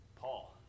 Paul